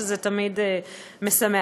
שזה תמיד משמח.